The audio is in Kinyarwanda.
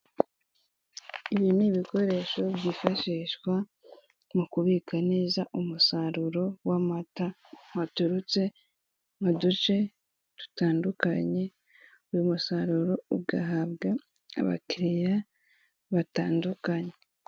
Ibi ni ibikoresho byifashishwa mu kubika neza umusaruro w'amata, waturutse mu duce dutandukanye, uyu musaruro ugahabwa abakiriya batandukanye.